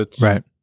Right